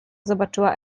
zobaczyła